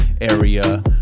Area